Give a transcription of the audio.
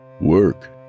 Work